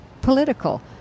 political